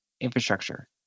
infrastructure